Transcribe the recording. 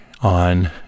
on